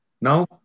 Now